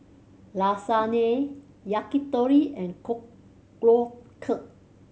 Lasagna Yakitori and Korokke